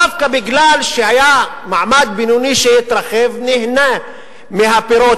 דווקא מכיוון שהיה מעמד בינוני שהתרחב ונהנה מהפירות